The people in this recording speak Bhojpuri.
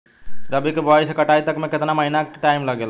रबी के बोआइ से कटाई तक मे केतना महिना के टाइम लागेला?